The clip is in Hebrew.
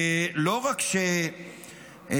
שלא רק שנמנעו